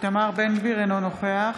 אינו נוכח